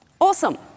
Awesome